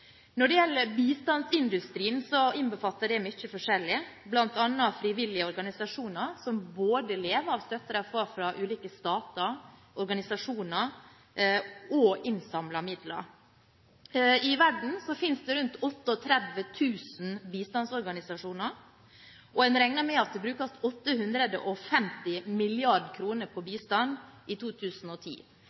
Når det gjelder bistandsindustrien, innbefatter det mye forskjellig, bl.a. frivillige organisasjoner, som lever av støtten de får fra ulike stater, organisasjoner og innsamlede midler. I verden finnes det rundt 38 000 bistandsorganisasjoner, og man regner med at det ble brukt 850 mrd. kr på bistand i 2010.